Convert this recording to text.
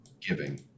giving